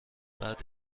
بعد